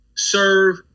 Serve